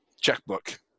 checkbook